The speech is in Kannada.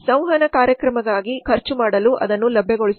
ಸಂವಹನ ಕಾರ್ಯಕ್ರಮಕ್ಕಾಗಿ ಖರ್ಚು ಮಾಡಲು ಅದನ್ನು ಲಭ್ಯಗೊಳಿಸಬಹುದು